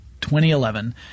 2011